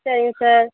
சரிங்க சார்